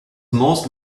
most